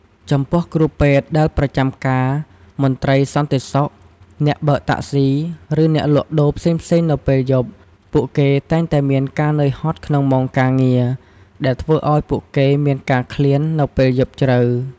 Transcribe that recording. ចំពោះគ្រូពេទ្យដែលប្រចាំការ មន្ត្រីសន្តិសុខ អ្នកបើកតាក់ស៊ី ឬអ្នកលក់ដូរផ្សេងៗនៅពេលយប់ ពួកគេតែងតែមានការនើយហត់ក្នុងម៉ោងធ្វើការ ដែលធ្វើឱ្យពួកគេមានការឃ្លាននៅពេលយប់ជ្រៅ។